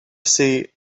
see